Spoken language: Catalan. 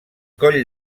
coll